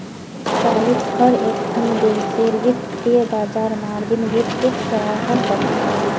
अजकालित हर एकखन देशेर वित्तीय बाजार मार्जिन वित्तक सराहा कर छेक